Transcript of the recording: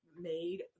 made